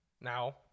Now